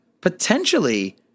potentially